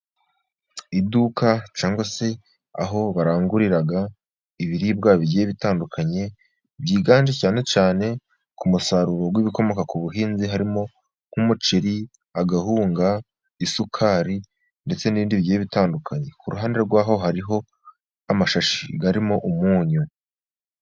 Iduka cyangwa se aho barangurira ibiribwa bigiye bitandukanye, byiganje cyane cyane ku musaruro w'ibikomoka ku buhinzi, harimo nk'umuceri, agahunga, isukari, ndetse n'ibindi bigiye bitandukanye. Ku ruhande rwaho hariho amashashi arimo umunyu.